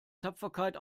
tapferkeit